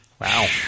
Wow